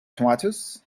tomatoes